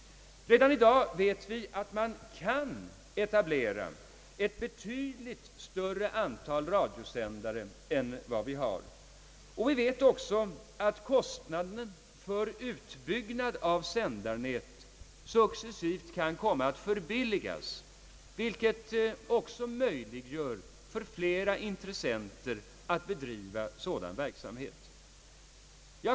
Redan i dag vet vi att man kan etablera ett betydligt större antal radiosändare än vad vi har, och vi vet också att kostnaden för utbyggnad av sändarnätet successivt kan komma att förbilligas, vilket också möjliggör för flera intressenter att bedriva sådan verksamhet.